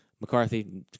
McCarthy